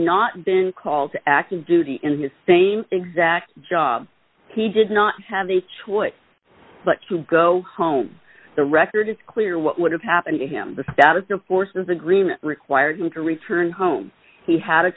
not been called to active duty in the same exact job he did not have the choice but to go home the record is clear what would have happened to him the status of forces agreement required him to return home he had a